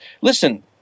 listen